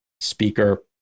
speaker